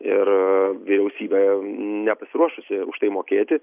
ir vyriausybė nepasiruošusi už tai mokėti